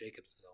Jacobsville